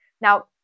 Now